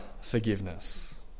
forgiveness